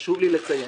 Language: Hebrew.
חשוב לי לציין